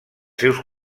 seus